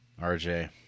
RJ